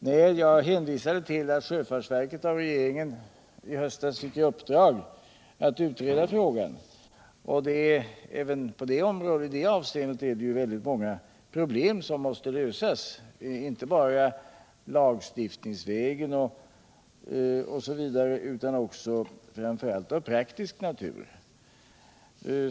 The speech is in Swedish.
Nej, jag hänvisade till att sjöfartsverket i höstas av regeringen fick i uppdrag att utreda frågan. Även när det gäller den saken är det många problem som måste lösas, inte bara lagstiftningsproblem utan framför allt problem av praktisk natur.